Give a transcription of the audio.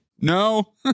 No